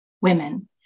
women